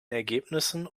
ergebnissen